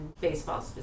baseball